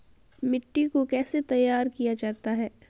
मिट्टी को कैसे तैयार किया जाता है?